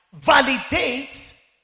validates